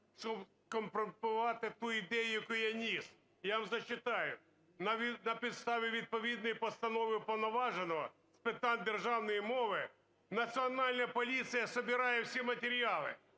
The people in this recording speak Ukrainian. щоби скомпрометувати ту ідею, яку ніс. Я вам зачитаю. На підставі відповідної постанови уповноваженого з питань державної мови Національна поліція собирає всі матеріали,